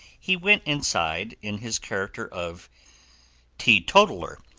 he went inside in his character of teetotaler,